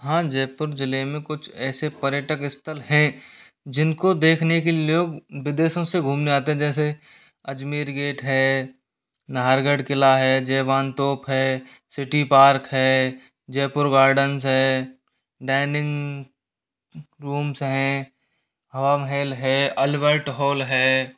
हाँ जयपुर जिले में कुछ ऐसे पर्यटक स्थल हैं जिनको देखने के लिए लोग विदेशों से घूमने आते हैं जैसे अजमेर गेट है नाहरगढ़ किला है जयवान तोप है सिटी पार्क है जयपुर गार्डन्स है डाइनिंग रूम्स हैं हवा महल है अल्बर्ट हॉल है